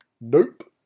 Nope